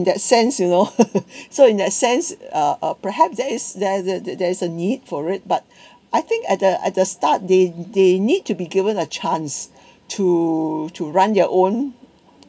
that sense you know so in that sense uh uh perhaps there is there there there is a need for it but I think at the at the start they they need to be given a chance to to run their own